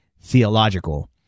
theological